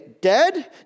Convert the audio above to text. Dead